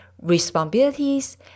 responsibilities